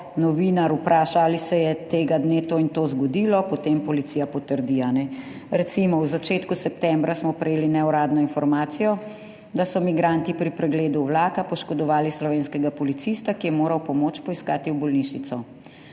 novinar vpraša ali se je tega dne to in to zgodilo, potem policija potrdi, a ne. Recimo v začetku septembra smo prejeli neuradno informacijo, da so migranti pri pregledu vlaka poškodovali slovenskega policista, ki je moral pomoč poiskati v bolnišnico.